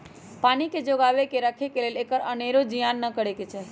पानी के जोगा कऽ राखे लेल एकर अनेरो जियान न करे चाहि